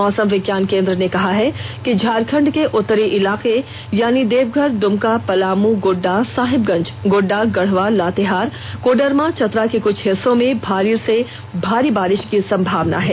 मौसम विज्ञान केंद्र ने कहा है कि झारखंड के उत्तरी इलाके यानी देवघर दुमका पलामू गोड्डा साहिबगंज गोड्डा गढ़वा लातेहार कोडरमा चतरा के कुछ हिस्सों में भारी से भारी बारिश की संभावना है